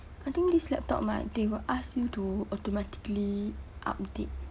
I think this laptop right they will ask you to automatically update